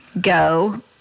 go